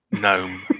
gnome